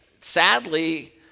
sadly